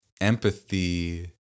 empathy